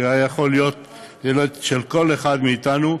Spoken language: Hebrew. שהיה יכול להיות ילד של כל אחד מאתנו,